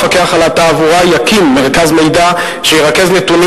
המפקח על התעבורה יקים מרכז מידע שירכז נתונים